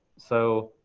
so,